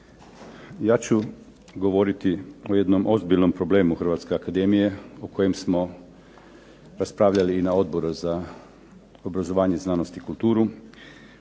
Ja ću govoriti o jednom ozbiljnom problemu hrvatske akademije o kojem smo raspravljali i na Odboru za obrazovanje, znanost i kulturu